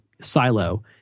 silo